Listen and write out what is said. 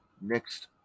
Next